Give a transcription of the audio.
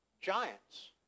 Giants